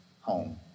home